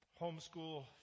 Homeschool